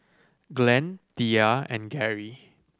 Glenn Thea and Gerry